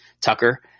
Tucker